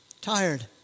Tired